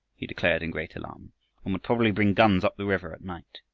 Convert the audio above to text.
he declared in great alarm, and would probably bring guns up the river at night.